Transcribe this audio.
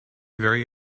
very